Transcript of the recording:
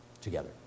together